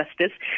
Justice